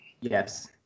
Yes